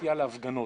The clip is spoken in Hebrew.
ביציאה להפגנות,